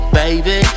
baby